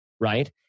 Right